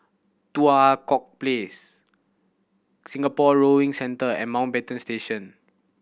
Tua Kong Place Singapore Rowing Centre and Mountbatten Station